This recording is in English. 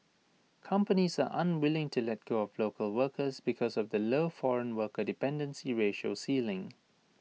companies are unwilling to let go of local workers because of the low foreign worker dependency ratio ceiling